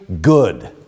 good